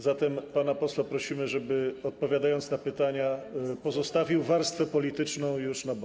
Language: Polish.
Zatem pana ministra prosimy, żeby odpowiadając na pytania, pozostawił warstwę polityczną na boku.